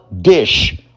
dish